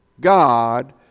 God